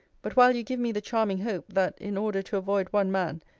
but while you give me the charming hope, that, in order to avoid one man,